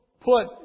put